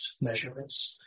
measurements